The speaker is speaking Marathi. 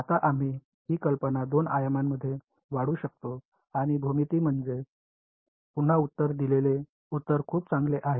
आता आम्ही ही कल्पना दोन आयामांमधे वाढवू शकतो आणि भूमिती म्हणजे पुन्हा उत्तर दिलेले उत्तर खूप चांगले आहे